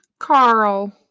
Carl